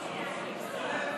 לוועדת הפנים והגנת הסביבה נתקבלה.